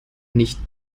nicht